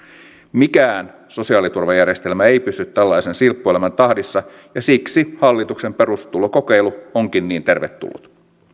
mikään sosiaaliturvajärjestelmä ei pysy tällaisen silppuelämän tahdissa ja siksi hallituksen perustulokokeilu onkin niin tervetullut